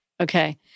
okay